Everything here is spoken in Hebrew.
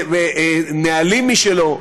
נהלים משלו,